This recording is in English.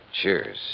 cheers